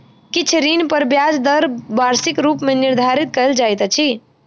किछ ऋण पर ब्याज दर वार्षिक रूप मे निर्धारित कयल जाइत अछि